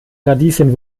radieschen